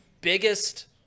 biggest